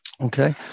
Okay